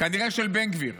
כנראה של בן גביר,